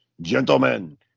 gentlemen